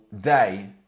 day